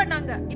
and